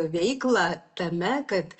veiklą tame kad